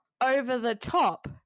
over-the-top